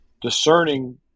discerning